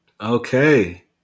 Okay